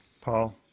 Paul